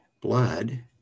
blood